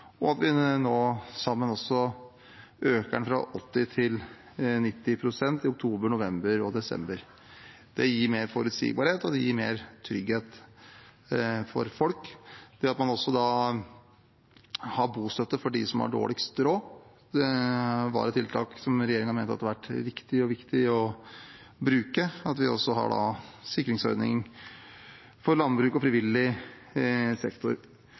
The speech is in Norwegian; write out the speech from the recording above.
og at vi nå også øker den fra 80 til 90 pst. i oktober, november og desember. Det gir mer forutsigbarhet, og det gir mer trygghet for folk – også ved at man har bostøtte for dem som har dårligst råd. Et tiltak som regjeringen også mente var riktig og viktig å bruke, er at vi har en sikringsordning for landbruk og frivillig sektor.